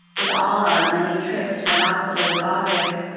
with all our many trips to the hospital with august,